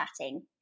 chatting